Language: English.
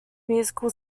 musical